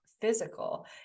physical